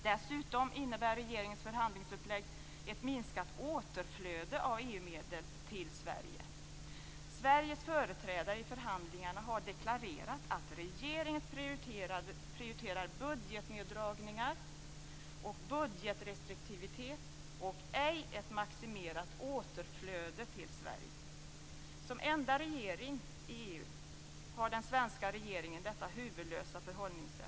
Dessutom innebär regeringens förhandlingsupplägg ett minskat återflöde av EU medel till Sverige. Sveriges företrädare i förhandlingarna har deklarerat att regeringen prioriterar budgetneddragningar och budgetrestriktivitet och "ej ett maximerat återflöde till Sverige". Som enda regering i EU har den svenska regeringen detta huvudlösa förhållningssätt.